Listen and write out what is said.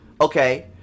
Okay